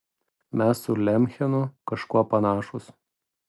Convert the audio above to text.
mes su lemchenu kažkuo panašūs